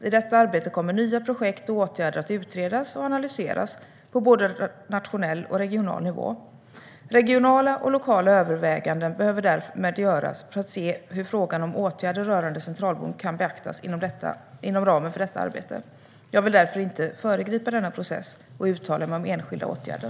I detta arbete kommer nya projekt och åtgärder att utredas och analyseras på både nationell och regional nivå. Regionala och lokala överväganden behöver därmed göras för att se hur frågan om åtgärder rörande Centralbron kan beaktas inom ramen för detta arbete. Jag vill därför inte föregripa denna process och uttala mig om enskilda åtgärder.